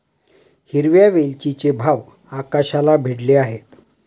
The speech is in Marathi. हिरव्या वेलचीचे भाव आकाशाला भिडले आहेत